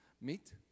meet